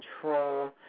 control